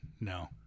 No